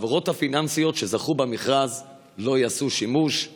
שהחברות הפיננסיות שזכו במכרז לא ישתמשו